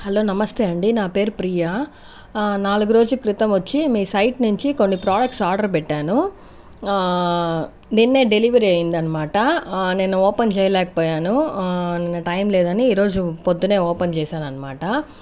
hello నమస్తే అండీ నా పేరు ప్రియా నాలుగు రోజుల క్రితం వచ్చి మీ సైట్ నుంచి కొన్ని ప్రోడక్ట్ ఆర్డర్ పెట్టాను నిన్నే డెలివరీ అయింది అనమాట నిన్న ఓపెన్ చేయలేకపోయాను నిన్న టైం లేదని ఈరోజు పొద్దున్నే ఓపెన్ చేశాను అనమాట